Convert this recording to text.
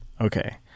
Okay